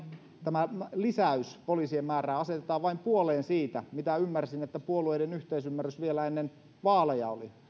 tämä lisäys poliisien määrä asetetaan vain puoleen siitä mitä ymmärsin että puolueiden yhteisymmärrys vielä ennen vaaleja oli